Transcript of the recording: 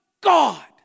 God